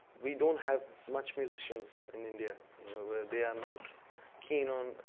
we don't have much musicians in india you know where they are not keen on.